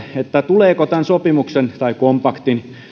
tuleeko tämän sopimuksen tai kompaktin